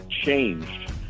changed